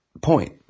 point